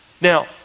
Now